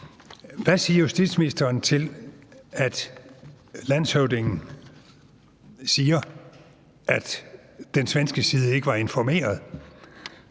Hvad siger justitsministeren til, at landshøvdingen siger, at den svenske side ikke var informeret,